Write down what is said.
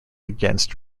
against